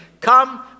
come